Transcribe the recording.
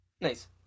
Nice